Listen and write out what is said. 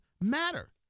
matter